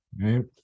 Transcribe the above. Right